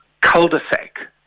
cul-de-sac